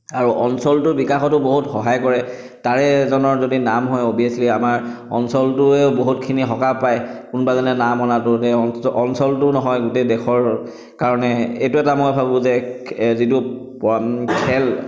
আৰু অঞ্চলটো বিকাশতো বহুত সহায় কৰে তাৰে এজনৰ যদি নাম হয় অবভিয়াছলি আমাৰ অঞ্চলটোৱেও বহুতখিনি সকাহ পায় কোনোবা এজনে নাম অনাটো তেওঁ অঞ্চো অঞ্চলটো নহয় গোটেই দেশৰ কাৰণে এইটো এটা মই ভাবোঁ যে যিটো খেল